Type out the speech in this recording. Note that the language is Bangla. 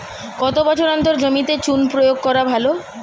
কত বছর অন্তর জমিতে চুন প্রয়োগ করা ভালো?